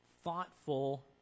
thoughtful